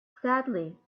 sadly